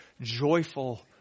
joyful